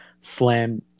slam